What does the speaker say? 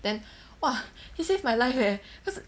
then !wah! he saved my life leh cause